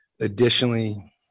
Additionally